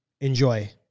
enjoy